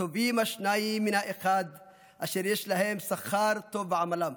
"טובים השנים מן האחד אשר יש להם שכר טוב בעמלם.